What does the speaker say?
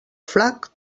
flac